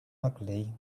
ugly